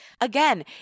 Again